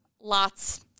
lots